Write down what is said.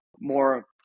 more